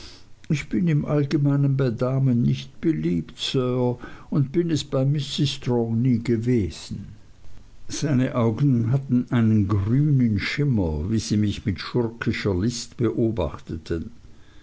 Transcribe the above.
ich bin im allgemeinen bei damen nicht beliebt sir und bin es bei mrs strong nie gewesen seine augen hatten einen grünen schimmer wie sie mich mit schurkischer list beobachteten